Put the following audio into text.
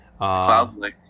Cloudly